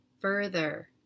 further